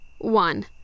One